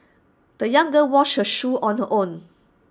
the young girl washed her shoes on her own